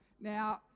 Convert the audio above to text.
Now